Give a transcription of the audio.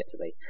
Italy